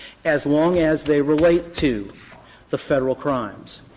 as long as they relate to the federal crimes.